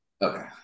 Okay